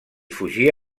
fugir